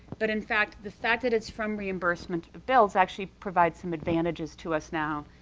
but in fact, the fact that it's from reimbursement bills actually provides some advantages to us now.